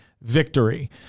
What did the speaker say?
victory